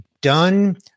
done